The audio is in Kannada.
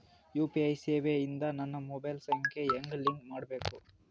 ಯು.ಪಿ.ಐ ಸೇವೆ ಇಂದ ನನ್ನ ಮೊಬೈಲ್ ಸಂಖ್ಯೆ ಹೆಂಗ್ ಲಿಂಕ್ ಮಾಡಬೇಕು?